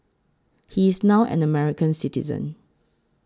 he is now an American citizen